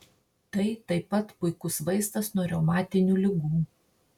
tai taip pat puikus vaistas nuo reumatinių ligų